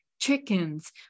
chickens